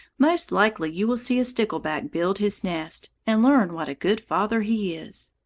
most likely you will see a stickleback build his nest, and learn what a good father he is.